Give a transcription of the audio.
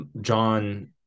John